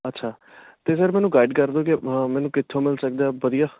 ਅੱਛਾ ਅਤੇ ਸਰ ਮੈਨੂੰ ਗਾਈਡ ਕਰ ਦਿਓ ਕਿ ਮੈਨੂੰ ਕਿੱਥੋਂ ਮਿਲ ਸਕਦਾ ਹੈ ਵਧੀਆ